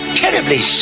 terribly